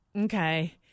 okay